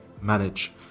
manage